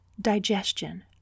digestion